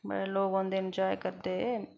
बड़े लोग औंदे न इन्जाय करदे